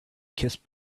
kiss